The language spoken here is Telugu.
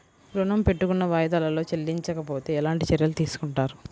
ఋణము పెట్టుకున్న వాయిదాలలో చెల్లించకపోతే ఎలాంటి చర్యలు తీసుకుంటారు?